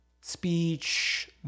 speech